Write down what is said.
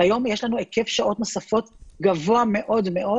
היום יש לנו היקף שעות נוספות גבוה מאוד.